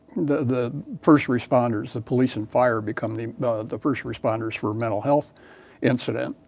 the the first responders, the police and fire become the the first responders for mental health incident,